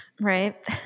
Right